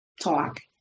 talk